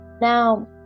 Now